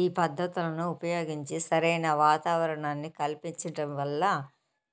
ఈ పద్ధతులను ఉపయోగించి సరైన వాతావరణాన్ని కల్పించటం వల్ల